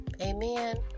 Amen